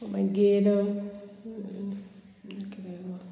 मागीर